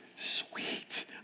sweet